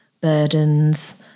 burdens